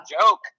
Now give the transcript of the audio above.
joke